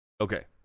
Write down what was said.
Okay